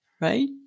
Right